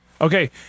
Okay